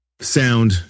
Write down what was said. sound